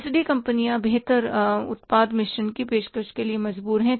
इसलिए कंपनियां बेहतर उत्पाद मिश्रण की पेशकश करने के लिए मजबूर हैं